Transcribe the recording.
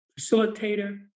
facilitator